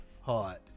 hot